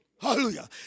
Hallelujah